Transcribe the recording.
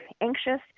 anxious